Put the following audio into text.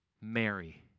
Mary